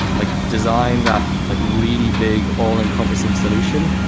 like design that like really big all-encompassing solution.